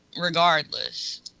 regardless